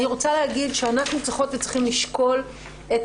אני רוצה להגיד שאנחנו צריכות וצריכים לשקול את